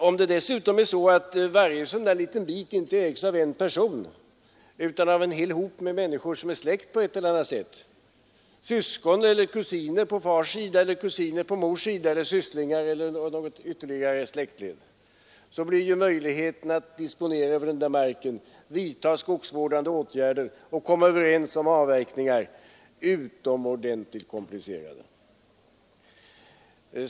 Om det dessutom är så att varje sådan liten bit inte ägs av en person utan av en hel hop av människor som är släkt på ett eller annat sätt — syskon eller kusiner på fars sida, kusiner på mors sida, sysslingar eller något ytterligare släktled — så blir möjligheterna att disponera över marken, vidta skogsvårdande åtgärder och komma överens om avverkningar utomordentligt komplicerade.